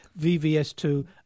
VVS2